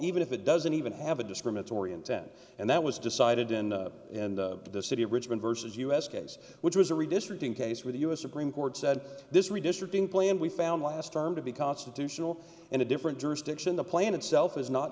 even if it doesn't even have a discriminatory intent and that was decided in the city of richmond versus u s case which was a redistricting case where the u s supreme court said this redistricting plan we found last term to be constitutional in a different jurisdiction the plan itself is not